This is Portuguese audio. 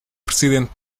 presidente